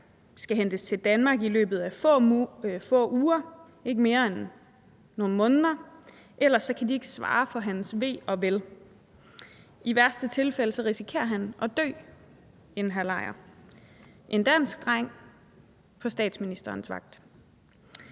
skal hentes til Danmark i løbet af få uger – ikke mere end nogle måneder – ellers kan de ikke svare for hans ve og vel. I værste fald risikerer han, en dansk dreng, at dø i den her lejr på statsministerens vagt.